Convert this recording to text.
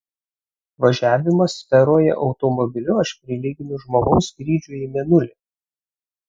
važiavimą sferoje automobiliu aš prilyginu žmogaus skrydžiui į mėnulį